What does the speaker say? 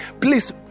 Please